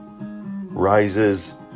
rises